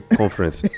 conference